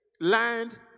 land